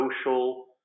social